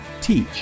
teach